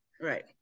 right